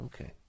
Okay